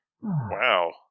Wow